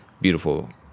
beautiful